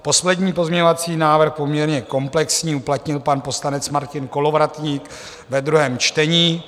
Poslední pozměňovací návrh, poměrně komplexní, uplatnil pan poslanec Martin Kolovratník ve druhém čtení.